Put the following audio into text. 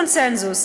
קונסנזוס,